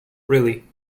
really